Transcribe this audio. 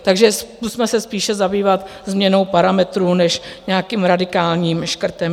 Takže zkusme se spíše zabývat změnou parametrů než nějakým radikálním škrtem.